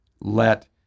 let